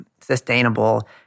sustainable